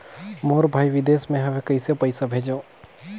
मोर भाई विदेश मे हवे कइसे पईसा भेजो?